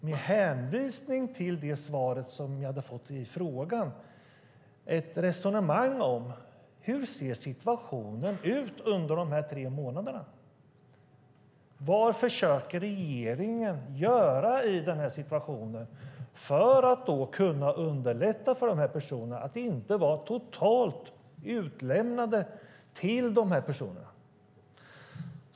Med hänvisning till det frågesvar jag hade fått ville jag ha ett resonemang om hur situationen ser ut under de tre månaderna. Vad försöker regeringen göra i den här situationen för att underlätta för dessa personer, så att de inte blir totalt utlämnade åt arbetsgivarna?